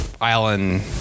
island